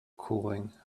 cooling